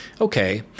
Okay